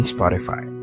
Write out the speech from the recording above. Spotify